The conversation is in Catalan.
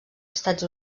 estats